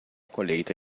colheita